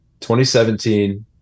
2017